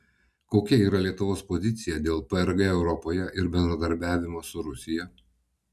kokia yra lietuvos pozicija dėl prg europoje ir bendradarbiavimo su rusija